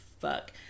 fuck